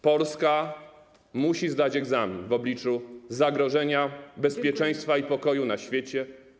Polska musi zdać egzamin w obliczu zagrożenia bezpieczeństwa i pokoju na świecie.